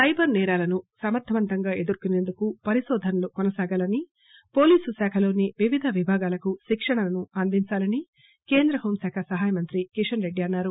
cyber నేరాలను ఎదుర్కొనేందుకు పరిశోధనలు కొనసాగాలనీ పోలీసు శాఖలోని వివిధ విభాగాలకు శిక్షణను అందించాలనీ కేంద్ర హోంశాఖ సహాయమంత్రి కిషన్ రెడ్డి అన్నారు